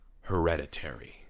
Hereditary